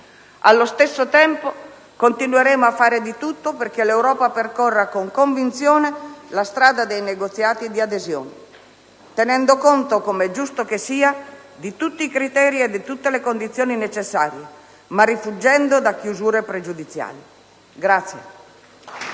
Allo stesso tempo, continueremo a fare di tutto perché l'Europa percorra con convinzione la strada dei negoziati di adesione, tenendo conto, come è giusto che sia, di tutti i criteri e di tutte le condizioni necessarie, ma rifuggendo da chiusure pregiudiziali.